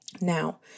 Now